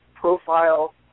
profile